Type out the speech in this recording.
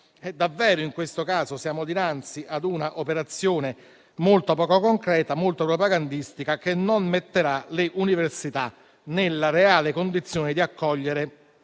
davvero in questo caso siamo dinanzi a una operazione molto poco concreta, molto propagandistica, che non metterà le università nella reale condizione di accogliere